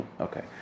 Okay